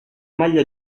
maglia